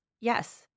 Yes